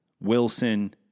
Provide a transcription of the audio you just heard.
Wilson